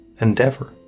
endeavor